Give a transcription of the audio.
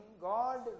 God